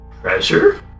Treasure